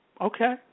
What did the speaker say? Okay